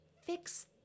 fix